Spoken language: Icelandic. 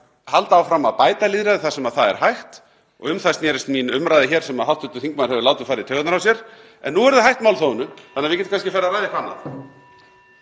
halda áfram að bæta lýðræði þar sem það er hægt og um það snerist mín umræða hér sem hv. þingmaður hefur látið fara í taugarnar á sér. En nú eru þau hætt málþófinu þannig að við getum kannski farið að ræða eitthvað